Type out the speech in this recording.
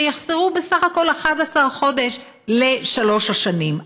שיחסרו בסך הכול 11 חודשים לשלוש השנים,